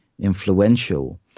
influential